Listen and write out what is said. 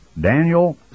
Daniel